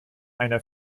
einer